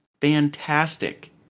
fantastic